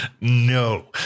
no